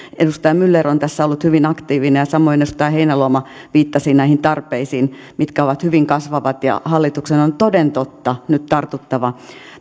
edustaja myller on tässä ollut hyvin aktiivinen ja samoin edustaja heinäluoma viittasi näihin tarpeisiin mitkä ovat hyvin kasvavat hallituksen on toden totta nyt tartuttava